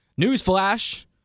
newsflash